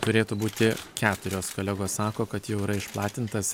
turėtų būti keturios kolegos sako kad jau yra išplatintas